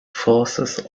forces